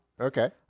Okay